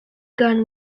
gun